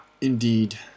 indeed